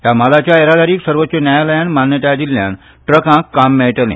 हया मालाच्या येरादारीक सवोच्च न्यायालयान मान्यताय दिल्ल्यान ट्रकाक काम मेळटले